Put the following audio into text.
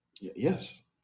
Yes